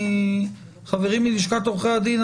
חברים מלשכת עורכי הדין,